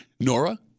Nora